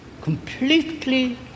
completely